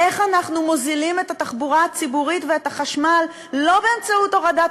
איך אנחנו מוזילים את התחבורה הציבורית והחשמל לא באמצעות הורדת